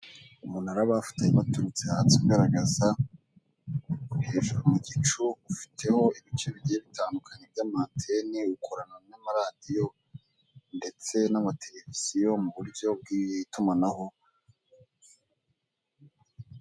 Umunara bafotoye baturutse hasi ugaragaza hejuru mu gicu, ufiteho ibice bigiye bitandukanye by'amanteni ukorana n'amaradiyo, ndetse n'amateleviziyo mu buryo bw'itumanaho.